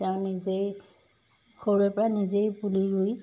তেওঁ নিজেই সৰুৰে পৰা নিজেই পুলি ৰুই